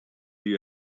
you